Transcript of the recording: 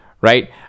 right